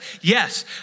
Yes